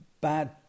bad